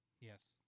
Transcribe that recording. Yes